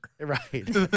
right